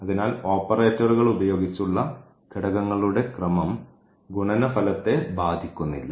അതിനാൽ ഓപ്പറേറ്റർകൾ ഉപയോഗിച്ചുള്ള ഘടകങ്ങളുടെ ക്രമം ഗുണന ഫലത്തെ ബാധിക്കുന്നില്ല